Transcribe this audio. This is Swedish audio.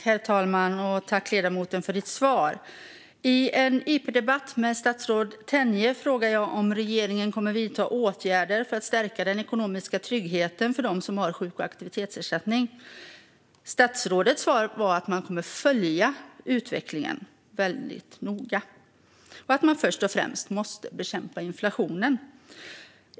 Herr talman! Jag tackar ledamoten för svaret. I en interpellationsdebatt med statsrådet Tenje frågade jag om regeringen kommer att vidta åtgärder för att stärka den ekonomiska tryggheten för dem som har sjuk och aktivitetsersättning. Statsrådets svar var att man kommer att följa utvecklingen noga men att man först och främst måste bekämpa inflationen.